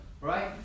Right